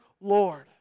Lord